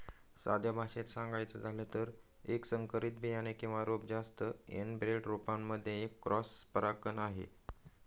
साध्या भाषेत सांगायचं झालं तर, एक संकरित बियाणे किंवा रोप जास्त एनब्रेड रोपांमध्ये एक क्रॉस परागकण आहे